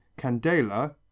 candela